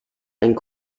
and